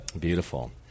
Beautiful